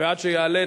ועד שיעלה,